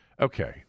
Okay